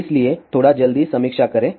इसलिए थोड़ा जल्दी समीक्षा करें